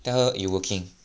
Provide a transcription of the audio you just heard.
tell her you working